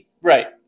right